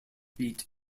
beat